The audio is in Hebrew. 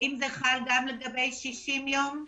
האם זה חל גם לגבי 60 יום?